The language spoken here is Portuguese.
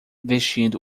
vestindo